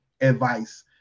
advice